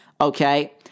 okay